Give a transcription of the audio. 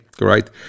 right